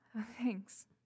Thanks